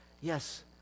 Yes